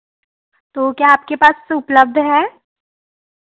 तो क्या आपके पास उपलब्ध है